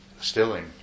stilling